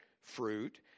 fruit